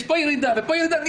יש פה ירידה ופה ירידה,